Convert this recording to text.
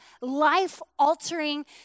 life-altering